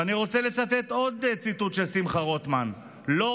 ואני רוצה לצטט עוד ציטוט של שמחה רוטמן: "לא